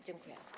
Dziękuję.